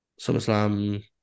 SummerSlam